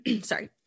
sorry